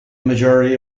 majority